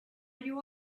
you